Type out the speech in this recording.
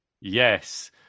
Yes